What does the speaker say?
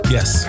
Yes